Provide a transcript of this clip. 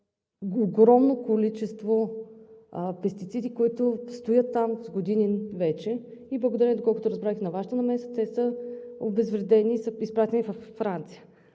огромно количество пестициди, които стоят там вече с години. И благодарение, доколкото разбрах, и на Вашата намеса те са обезвредени и са изпратени във Франция.